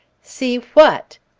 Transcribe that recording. see what?